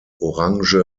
orange